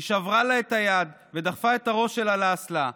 היא שברה לה את היד ודחפה את הראש שלה לאסלה,